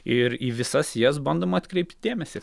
ir į visas jas bandoma atkreipti dėmesį